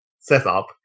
setup